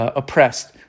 oppressed